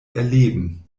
erleben